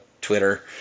Twitter